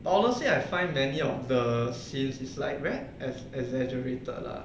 but honestly I find many of the scenes is like very ex~ exaggerated lah